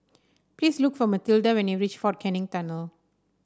please look for Matilda when you reach Fort Canning Tunnel